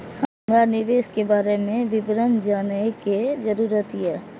हमरा निवेश के बारे में विवरण जानय के जरुरत ये?